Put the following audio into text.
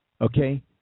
Okay